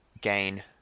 gain